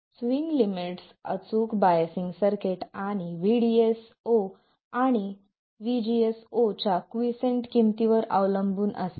swing limits अचूक biasing circuit आणि VDS0 आणि VGS0 च्या क्वीसेंट किमती वर अवलंबून असते